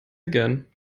again